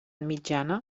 mitjana